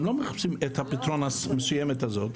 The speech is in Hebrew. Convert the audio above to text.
אלא לא מחפשים את הפתרון המסוים הזה,